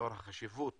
לאור החשיבות